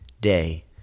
day